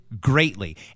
greatly